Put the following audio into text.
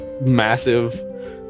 massive